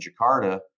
Jakarta